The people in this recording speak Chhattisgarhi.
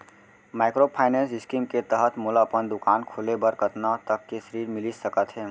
माइक्रोफाइनेंस स्कीम के तहत मोला अपन दुकान खोले बर कतना तक के ऋण मिलिस सकत हे?